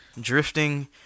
drifting